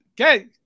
Okay